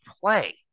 play